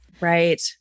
Right